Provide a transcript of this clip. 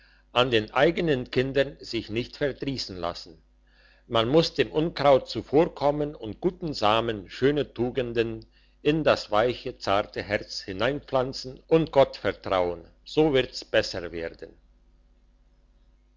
an den eigenen kindern sich nicht verdriessen lassen man muss dem unkraut zuvorkommen und guten samen schöne tugenden in das weiche zarte herz hineinpflanzen und gott vertrauen so wird's besser werden